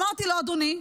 אמרתי לו: אדוני,